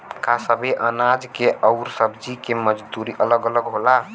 का सबे अनाज के अउर सब्ज़ी के मजदूरी अलग अलग होला?